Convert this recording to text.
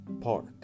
park